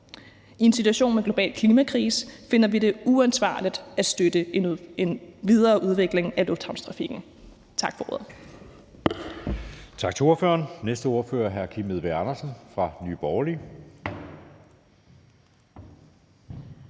I en situation med global klimakrise finder vi det uansvarligt at støtte en videreudvikling af lufthavnstrafikken. Tak for ordet.